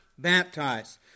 Baptized